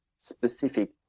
specific